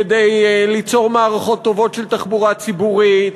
כדי ליצור מערכות טובות של תחבורה ציבורית,